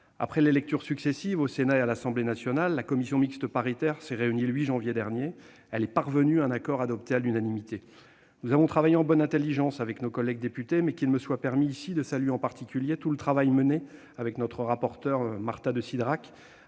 Après les lectures successives au Sénat et à l'Assemblée nationale, la commission mixte paritaire s'est réunie le 8 janvier dernier. Elle est parvenue à un accord adopté à l'unanimité. Nous avons travaillé en bonne intelligence avec nos collègues députés. Je salue en particulier les efforts de notre rapporteure, Marta de Cidrac,